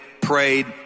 prayed